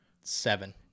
seven